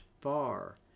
far